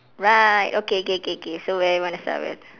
right okay K K K so where you want to start first